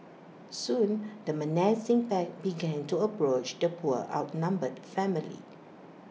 soon the menacing pack began to approach the poor outnumbered family